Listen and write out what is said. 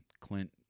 Clint